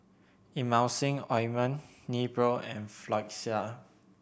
Emulsying Ointment Nepro and Floxia